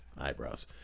Eyebrows